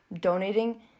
donating